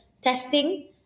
testing